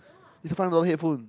it's a five hundred dollar headphone